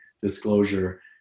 disclosure